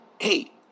hey